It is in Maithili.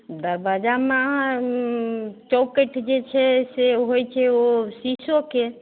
दरबाजामे अहाँ चौकठ जे छै से होइ छै ओ शीशोके